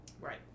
right